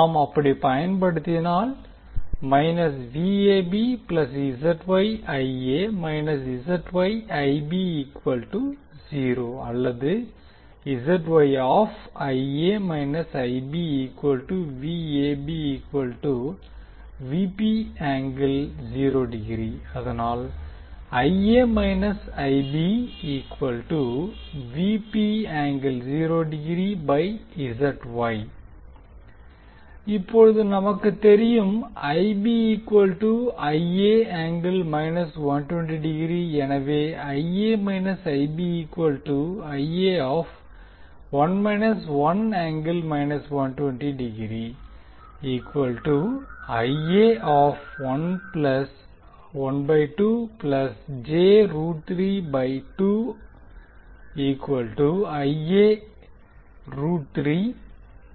நாம் அப்படி பயன்படுத்தினால் அல்லது அதனால் இப்போது நமக்கு தெரியும் எனவே